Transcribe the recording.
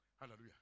Hallelujah